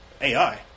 AI